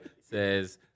says